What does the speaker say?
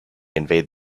invade